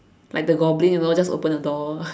like the goblin you know just open the door